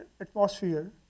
atmosphere